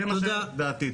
זו דעתי.